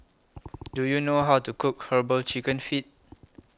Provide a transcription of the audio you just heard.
Do YOU know How to Cook Herbal Chicken Feet